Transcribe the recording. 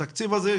התקציב הזה,